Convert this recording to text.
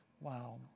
Wow